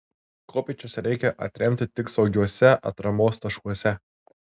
kopėčias reikia atremti tik saugiuose atramos taškuose